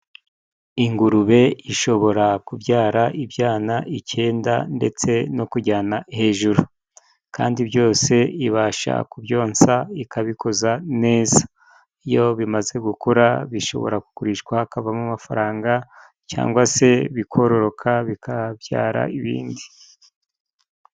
Ingurube ishobora kubyara ibyana icyenda ndetse no kujyana hejuru, kandi byose ibasha kubyonsa ikabikuza neza. Iyo bimaze gukura bishobora kugurishwa hakavamo amafaranga cyangwa se bikororoka bikabyara ibindi.